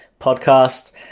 podcast